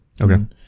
Okay